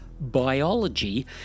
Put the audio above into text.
biology